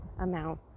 amount